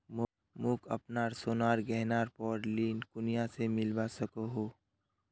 मोक अपना सोनार गहनार पोर ऋण कुनियाँ से मिलवा सको हो?